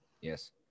Yes